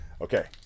Okay